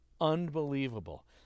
unbelievable